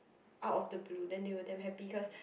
out of the blue then they were damn happy cause